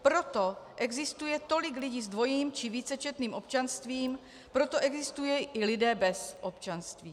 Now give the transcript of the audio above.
Proto existuje tolik lidí s dvojím či vícečetným občanstvím, proto existují i lidé bez občanství.